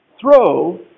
throw